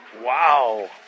Wow